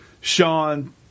Sean